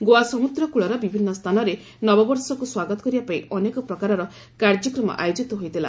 ଗୋଆ ସମୁଦ୍ରକୂଳର ବିଭିନ୍ନ ସ୍ଥାନରେ ନବବର୍ଷକୁ ସ୍ୱାଗତ କରିବା ପାଇଁ ଅନେକ ପ୍ରକାରର କାର୍ଯ୍ୟକ୍ରମ ଆୟୋଜିତ ହୋଇଥିଲା